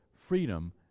freedom